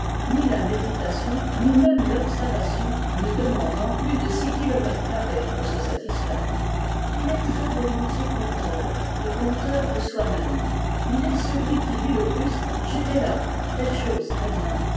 ni la méditation ni même l'observation ne demandant plus de six kilomètres carrés pour se satisfaire il est très volontiers conteur et conteur de soi-même il est celui qui dit le plus j'étais là telle chose